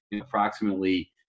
approximately